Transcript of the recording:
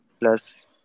Plus